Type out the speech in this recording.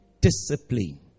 Discipline